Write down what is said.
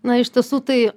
na iš tiesų tai